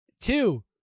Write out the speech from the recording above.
two